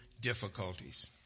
difficulties